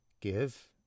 give